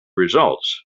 results